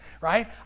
right